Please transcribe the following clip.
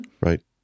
Right